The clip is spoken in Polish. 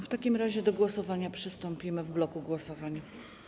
W takim razie do głosowania przystąpimy w bloku głosowań.